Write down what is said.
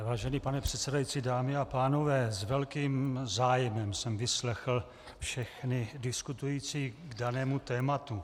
Vážený pane předsedající, dámy a pánové, s velkým zájmem jsem vyslechl všechny diskutující k danému tématu.